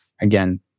Again